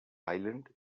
island